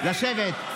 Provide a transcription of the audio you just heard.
לשבת.